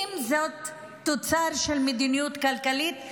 אם זה תוצר של מדיניות כלכלית,